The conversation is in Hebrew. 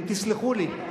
אתם תסלחו לי.